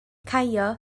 caio